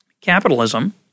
Capitalism